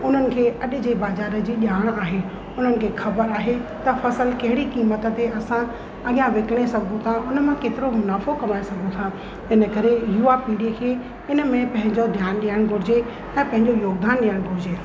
उन्हनि खे अॼु जे बाज़ार जी ॼाण आहे उन्हनि खे ख़बरु आहे त फ़सुलु कहिड़ी कीमत ते असां अॻियां विकिणे सघूं था उन मां केतिरो मुनाफ़ो कमाए सघूं था इन करे युवा पीढ़ीअ खे इन में पंहिंजो ध्यानु ॾियणु घुरिजे ऐं पंहिंजो योगदानु ॾियणु घुरिजे